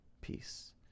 peace